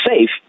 safe